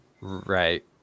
right